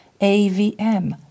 AVM